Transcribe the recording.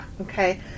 Okay